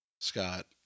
Scott